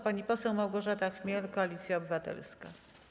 Pani poseł Małgorzata Chmiel, Koalicja Obywatelska.